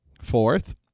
Fourth